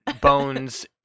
bones